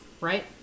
Right